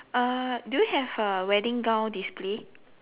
uh do you have a wedding gown display